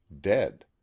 dead